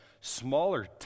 smaller